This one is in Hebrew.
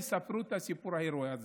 יספרו את הסיפור ההירואי הזה.